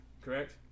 correct